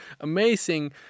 amazing